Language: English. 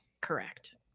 correct